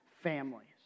families